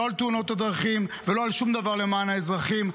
לא על תאונות הדרכים ולא על שום דבר למען האזרחים,